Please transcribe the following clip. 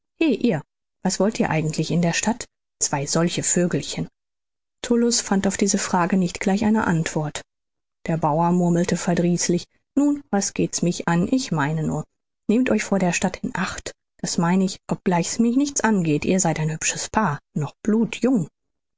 ihr was wollt ihr eigentlich in der stadt zwei solche vögelchen tullus fand auf diese frage nicht gleich eine autwort der bauer murmelte verdrießlich nun was geht's mich an ich meine nur nehmt euch vor der stadt in acht das meine ich obgleich es mich nichts angeht ihr seid ein hübsches paar noch blutjung